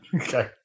Okay